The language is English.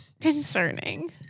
concerning